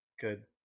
good